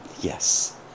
yes